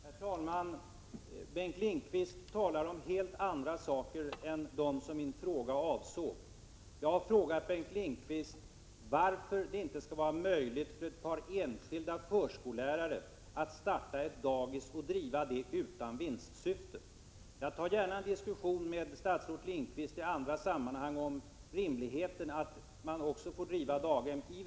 Herr talman! Bengt Lindqvist talar om helt andra saker än dem som min fråga avsåg. Jag har frågat Bengt Lindqvist varför det inte skall vara möjligt för ett par enskilda förskollärare att starta ett dagis och driva det utan vinstsyfte. Jag tar gärna en diskussion med statsrådet Lindqvist i annat sammanhang om rimligheten att också i vinstsyfte få driva ett daghem.